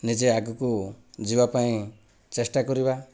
ନିଜେ ଆଗକୁ ଯିବା ପାଇଁ ଚେଷ୍ଟା କରିବା